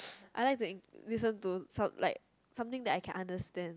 I like to eng~ listen to some like something that I can understand